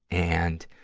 and,